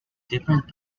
different